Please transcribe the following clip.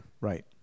Right